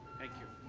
thank you